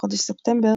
בחודש ספטמבר,